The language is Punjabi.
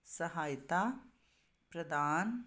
ਸਹਾਇਤਾ ਪ੍ਰਦਾਨ